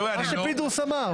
כמו שפינדרוס אמר.